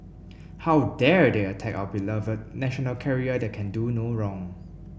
how dare they attack our beloved national carrier that can do no wrong